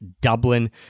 Dublin